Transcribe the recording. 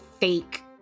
fake